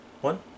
one